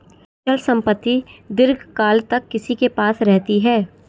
अचल संपत्ति दीर्घकाल तक किसी के पास रहती है